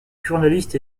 journaliste